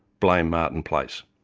blame martin place.